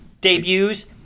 debuts